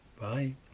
bye